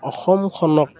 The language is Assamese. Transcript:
অসমখনক